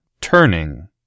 turning